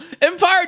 Empire